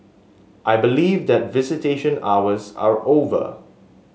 I believe that visitation hours are over